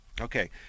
Okay